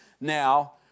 now